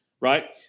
right